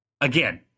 Again